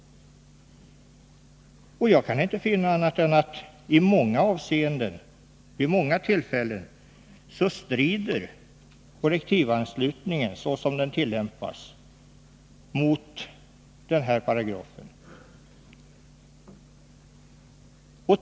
Jag kan inte finna annat än att kollektivanslutningen, som den tillämpas, vid många tillfällen strider mot denna paragraf.